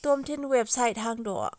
Tomthin website ꯍꯥꯡꯗꯣꯀꯑꯣ